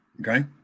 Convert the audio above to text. okay